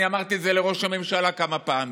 אני אמרתי את זה לראש הממשלה כמה פעמים: